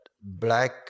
black